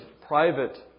private